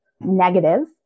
negative